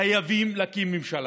חייבים להקים ממשלה.